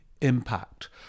impact